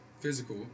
physical